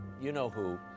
you-know-who